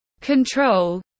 control